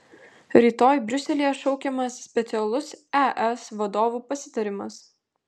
rytoj briuselyje šaukiamas specialus es vadovų pasitarimas